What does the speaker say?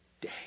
day